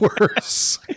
worse